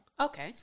Okay